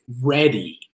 ready